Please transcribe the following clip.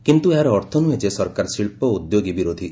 କିନ୍ତୁ ଏହାର ଅର୍ଥ ନୁହେଁ ଯେ ସରକାର ଶିଳ୍ପ ଓ ଉଦ୍ୟୋଗ ବିରୋଧୀ